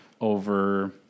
over